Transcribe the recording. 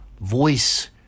voice